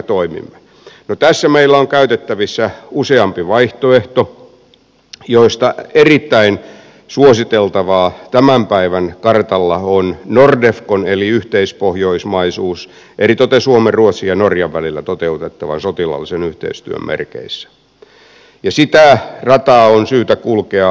no tässä meillä on käytettävissä useampi vaihtoehto joista erittäin suositeltava tämän päivän kartalla on nordefco eli yhteispohjoismaisuus eritoten suomen ruotsin ja norjan välillä toteutettavan sotilaallisen yhteistyön merkeissä ja sitä rataa on syytä kulkea